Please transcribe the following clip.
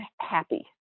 happy